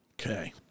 Okay